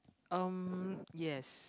um yes